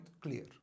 clear